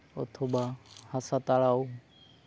ᱚᱛᱷᱚᱵᱟ ᱦᱟᱥᱟ ᱛᱟᱲᱟᱣ